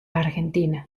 argentina